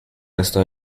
resto